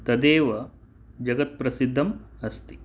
तदेव जगत् प्रसिद्धम् अस्ति